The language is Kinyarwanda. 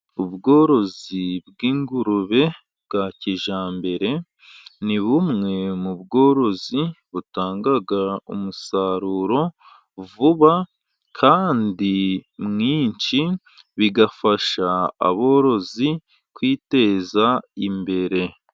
Ubworozi bw'ingurube bwa kijyambere, ni bumwe mu bworozi butanga umusaruro vuba kandi mwinshi, bigafasha aborozi kwiteza imbere.